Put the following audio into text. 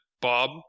Bob